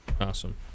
Awesome